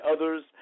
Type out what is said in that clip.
others